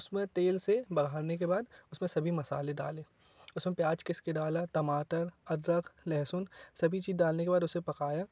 उसमें तेल से बढ़ाने के बाद उसमें सभी मसाले डालें उसमें प्याज घिस के डाला टमाटर अदरक लहसून सभी चीज डालने के बाद उसे पकाया